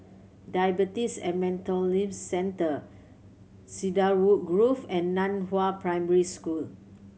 Diabetes and Metabolism Centre Cedarwood Grove and Nan Hua Primary School